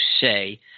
say